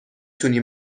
تونی